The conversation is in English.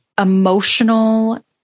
emotional